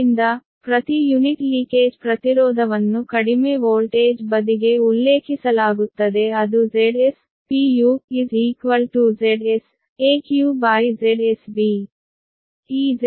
ಆದ್ದರಿಂದ ಪ್ರತಿ ಯುನಿಟ್ ಸೋರಿಕೆ ಸೋರಿಕೆ ಪ್ರತಿರೋಧವನ್ನು ಕಡಿಮೆ ವೋಲ್ಟೇಜ್ ಬದಿಗೆ ಉಲ್ಲೇಖಿಸಲಾಗುತ್ತದೆ ಅದು Zs Zseq ZsB